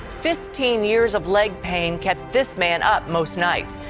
fifteen years of leg pain kept this man up most nights.